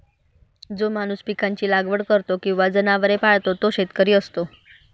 जो माणूस पिकांची लागवड करतो किंवा जनावरे पाळतो तो शेतकरी असतो